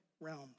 realms